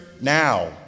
now